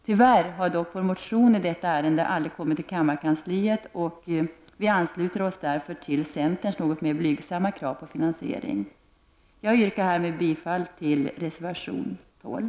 Tyvärr har dock vår motion i detta ärende aldrig kommit till kammarkansliet. Vi ansluter oss därför till centerns något mer blygsamma krav på finansiering. Jag yrkar härmed bifall till reservation 12.